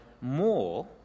more